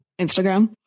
Instagram